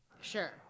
Sure